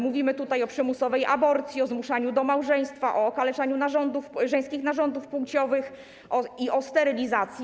Mówimy tutaj o przymusowej aborcji, o zmuszaniu do małżeństwa, o okaleczaniu żeńskich narządów płciowych i o sterylizacji.